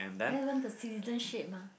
then want the citizenship mah